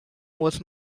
was